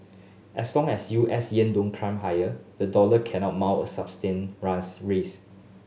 as long as U S yield don't climb higher the dollar cannot mount a substained rise race